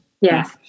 Yes